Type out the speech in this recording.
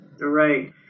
Right